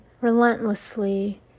relentlessly